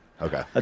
Okay